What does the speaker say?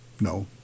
No